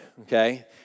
okay